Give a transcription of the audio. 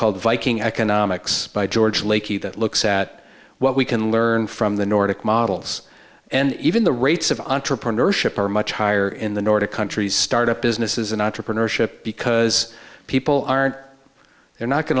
called viking economics by george lakey that looks at what we can learn from the nordic models and even the rates of entrepreneurship are much higher in the nordic countries start up businesses and entrepreneurship because people aren't they're not going